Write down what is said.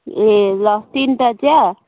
ए ल तिनवटा चिया